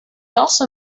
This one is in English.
also